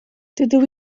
dydw